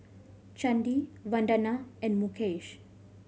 Chandi Vandana and Mukesh